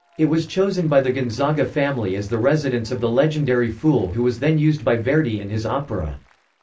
it was chosen by the gonzaga family as the residence of the legendary fool who was then used by verdi in his opera.